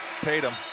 Tatum